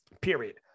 period